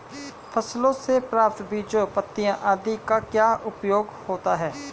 फसलों से प्राप्त बीजों पत्तियों आदि का क्या उपयोग होता है?